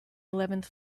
eleventh